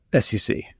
SEC